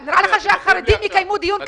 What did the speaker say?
נראה לך שהחרדים יקיימו דיון כזה?